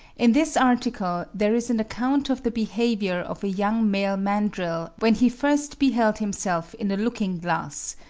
in this article there is an account of the behaviour of a young male mandrill when he first beheld himself in a looking-glass,